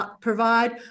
provide